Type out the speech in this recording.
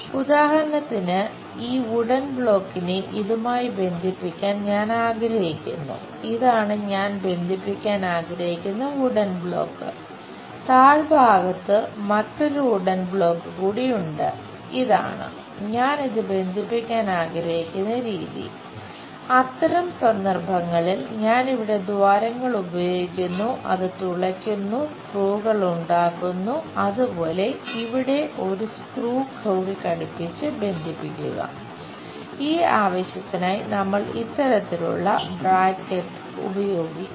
ഉദാഹരണത്തിന് ഈ വുഡൻ ബ്ലോക്കിനെ ഉപയോഗിക്കുന്നു